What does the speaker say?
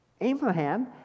Abraham